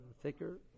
thicker